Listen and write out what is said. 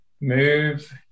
Move